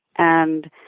and